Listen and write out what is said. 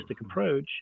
approach